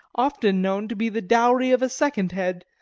often known to be the dowry of a second head,